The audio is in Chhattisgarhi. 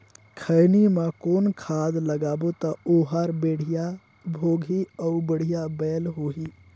खैनी मा कौन खाद लगाबो ता ओहार बेडिया भोगही अउ बढ़िया बैल होही?